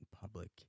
public